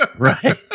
Right